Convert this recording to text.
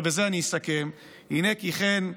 ובזה אני אסכם: "הינה כי כן,